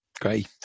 great